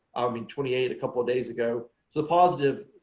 i mean twenty eight couple of days ago. so the positive